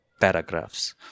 paragraphs